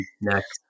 next